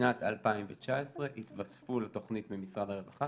בשנת 2019 יתווספו לתכנית ממשרד הרווחה